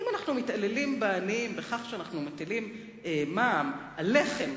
אם אנחנו מתעללים בעניים בכך שאנחנו מטילים מע"מ על לחם,